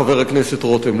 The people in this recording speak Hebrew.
חבר הכנסת רותם,